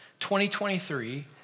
2023